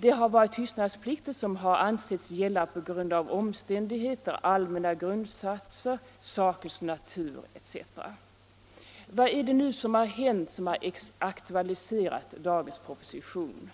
Det har varit tystnadsplikter som ansetts gälla på grund av omständigheter, allmänna grundsatser, sakers natur etc. Vad är det nu som har aktualiserat dagens proposition?